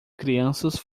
crianças